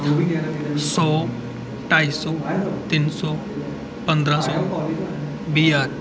सौ ढाई सौ तिन्न सौ पंदरां सौ बीह् ज्हार